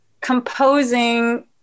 composing